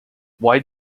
why